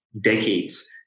decades